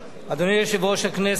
אדוני יושב-ראש הכנסת,